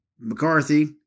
McCarthy